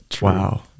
Wow